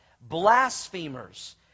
blasphemers